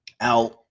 out